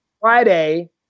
Friday